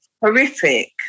horrific